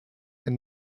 and